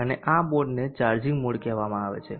અને આ મોડને ચાર્જિંગ મોડ કહેવામાં આવે છે